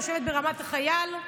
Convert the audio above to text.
יושבת ברמת החייל.